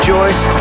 Joyce